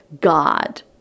God